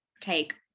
take